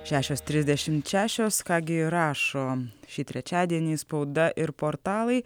šešios trisdešimt šešios ką gi rašo šį trečiadienį spauda ir portalai